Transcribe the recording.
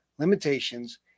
Limitations